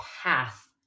path